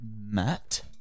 Matt